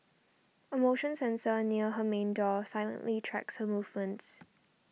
a motion sensor near her main door silently tracks her movements